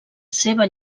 seva